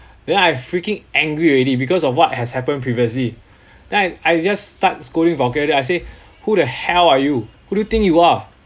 then I freaking angry already because of what has happened previously then I I just start scolding vulgarity I say who the hell are you who do you think you are